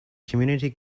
community